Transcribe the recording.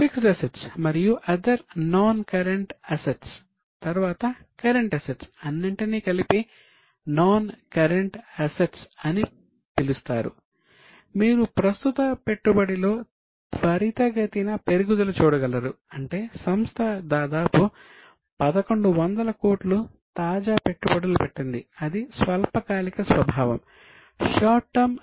fixed అసెట్స్లో కూడా గణనీయమైన తగ్గుదల ఉంది